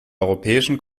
europäischen